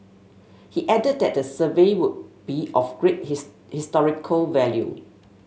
he added that the survey would be of great historical value